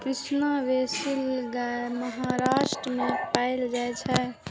Krishna valley गाय महाराष्ट्र मे पाएल जाइ छै